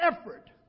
effort